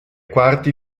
quarti